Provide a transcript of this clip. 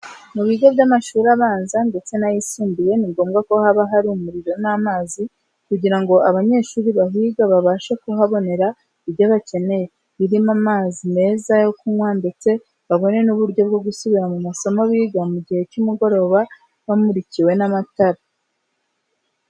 Mu bigo by'amashuri abanza ndetse n'ayisumbiye, ni ngombwa ko haba hari umuriro n'amazi kugira ngo abanyeshuri bahiga babashe kuhabonera ibyo bakeneye, birimo amazi meza yo kunywa ndetse babone n'uburyo bwo gusubira mu masomo biga mu gihe cy'umugoroba bamurikiwe n'amatara.